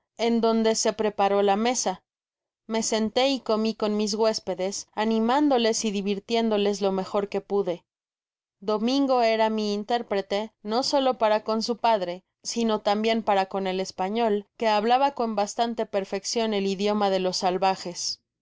en donde se preparóla mesa me sentó y comi con mis huéspedes animándoles y di virtiéndoles lo mejor que pude domingo era mi intérprete no solo para con su padre sino tambien para con el español que hablaba con bastante perfeccion el idioma de los salvajes en